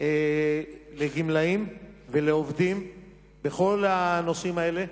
לגמלאים ולעובדים בכל הנושאים האלה.